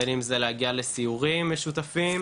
בין אם זה להגיע לסיורים משותפים,